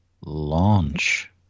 launch